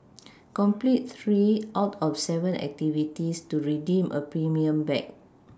complete three out of seven activities to redeem a premium bag